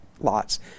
lots